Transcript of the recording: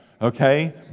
Okay